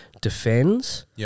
Defends